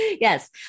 Yes